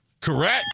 Correct